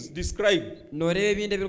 described